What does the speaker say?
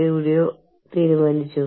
അവധിയായി എത്ര ദിവസം അനുവദിച്ചു